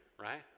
right